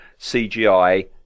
CGI